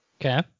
Okay